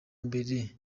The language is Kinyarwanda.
mbere